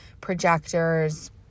projectors